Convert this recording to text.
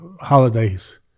holidays